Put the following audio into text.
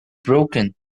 broken